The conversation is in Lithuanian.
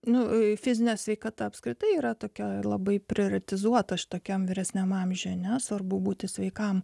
nu fizinė sveikata apskritai yra tokia labai prioritizuota šitokiam vyresniame amžiuje ane svarbu būti sveikam